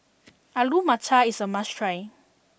Alu Matar is a must try